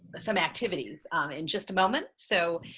some activities in just a moment. so,